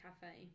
Cafe